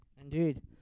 Indeed